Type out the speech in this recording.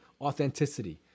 authenticity